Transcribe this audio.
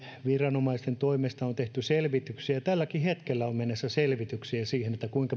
viranomaisten toimesta on tehty pikavippejä koskevia selvityksiä tälläkin hetkellä on menossa selvityksiä kuinka me